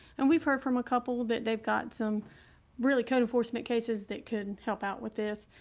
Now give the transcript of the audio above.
and we've heard from a couple of bit they've got some really cool enforcement cases that can help out with this.